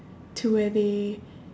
to where they